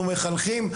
אנחנו מחנכים,